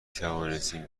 توانستیم